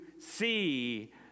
see